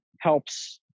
helps